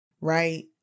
right